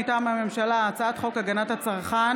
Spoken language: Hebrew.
מטעם הממשלה: הצעת חוק הגנת הצרכן